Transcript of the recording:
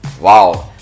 Wow